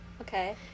okay